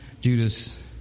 Judas